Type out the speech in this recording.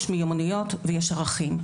יש מיומנויות ויש ערכים.